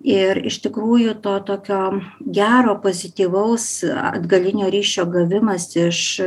ir iš tikrųjų to tokio gero pozityvaus atgalinio ryšio gavimas iš